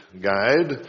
guide